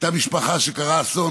הייתה משפה שקרה בה אסון,